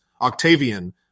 Octavian